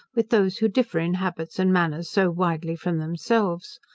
with those who differ in habits and manners so widely from themselves.